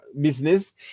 business